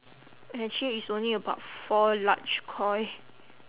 actually it's only about four large koi